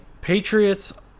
Patriots